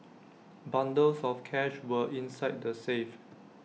bundles of cash were inside the safe